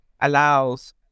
allows